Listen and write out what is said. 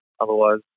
Otherwise